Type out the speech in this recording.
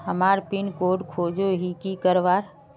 हमार pin code खोजोही की करवार?